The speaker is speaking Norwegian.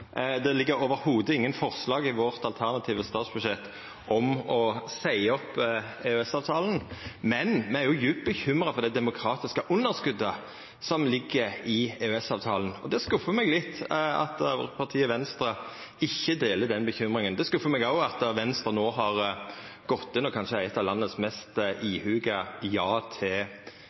Det ligg slett ikkje noko forslag i det alternative statsbudsjettet vårt om å seia opp EØS-avtalen. Men me er djupt bekymra for det demokratiske underskotet som ligg i EØS-avtalen. Og det skuffar meg litt at partiet Venstre ikkje deler den bekymringa. Det skuffer meg òg at Venstre no har gått til å verta kanskje eit av landets mest ihuga